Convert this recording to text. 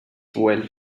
well